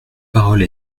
parole